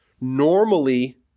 Normally